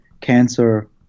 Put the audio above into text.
cancer